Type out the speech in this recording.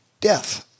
death